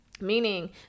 meaning